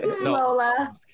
Lola